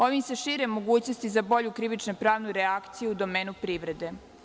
Ovim se šire mogućnosti za bolju krivično pravnu reakciju u domenu privrede.